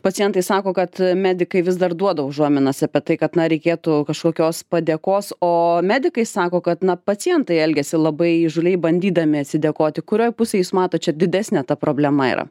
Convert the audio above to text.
pacientai sako kad medikai vis dar duoda užuominas apie tai kad na reikėtų kažkokios padėkos o medikai sako kad na pacientai elgiasi labai įžūliai bandydami atsidėkoti kurioj pusėj jūs matot didesnė ta problema yra